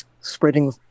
spreading